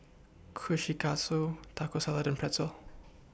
Kushikatsu Taco Salad and Pretzel